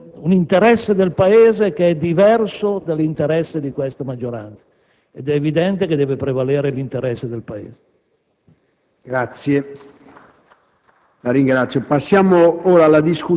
così non si può andare avanti: qui c'è un interesse del Paese che è diverso dall'interesse di questa maggioranza ed è evidente che deve prevalere l'interesse del Paese.